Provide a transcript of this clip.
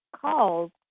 calls